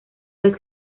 vez